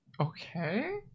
Okay